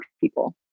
people